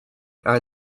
are